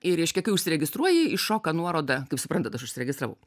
ir reiškia kai užsiregistruoji iššoka nuoroda kaip suprantat aš užsiregistravau